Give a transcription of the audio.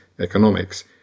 economics